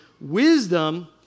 Wisdom